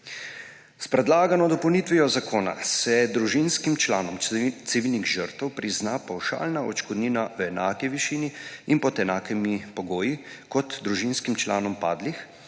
S predlagano dopolnitvijo zakona se družinskim članom civilnih žrtev prizna pavšalna odškodnina v enaki višini in pod enakimi pogoji kot družinskim članom padlih,